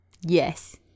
Yes